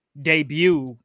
debut